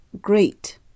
great